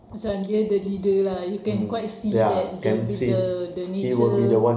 macam dia the leader lah you can quite see that there will be the the nature